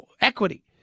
Equity